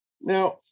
Now